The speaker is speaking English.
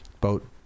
boat